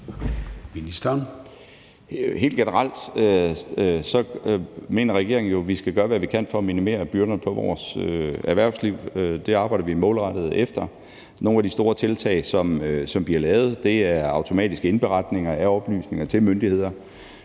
Helt generelt mener regeringen jo, at vi skal gøre, hvad vi kan, for at minimere byrderne på vores erhvervsliv. Det arbejder vi målrettet efter. Nogle af de store tiltag, som bliver lavet, er automatiske indberetninger af oplysninger til myndighederne.